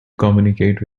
communicate